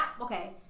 okay